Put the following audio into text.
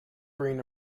green